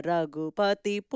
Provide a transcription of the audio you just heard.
Ragupati